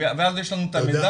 ואז יש לנו את המידע.